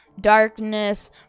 darkness